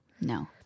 No